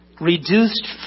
reduced